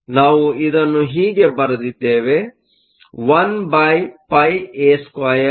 ಆದ್ದರಿಂದ ನಾವು ಇದನ್ನು ಹೀಗೆ ಬರೆದಿದ್ದೇವೆ 1πa2VthNs